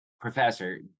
Professor